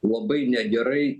labai negerai